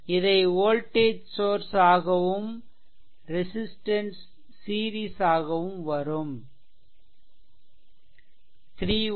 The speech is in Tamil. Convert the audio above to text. இதை வோல்டேஜ் சோர்ஸ்ஆகவும் ரெசிஸ்ட்டன்ஸ் சீரிஸ் ஆகவும் வரும் 3 Ω சீரிஸ் 4 X 3 12 volt